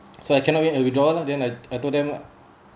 so I cannot wait uh withdraw lah then I I told them